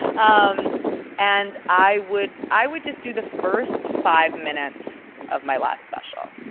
um and i would i would just do the first five minutes of my last special.